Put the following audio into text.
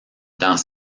dans